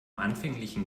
anfänglichen